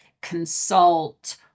consult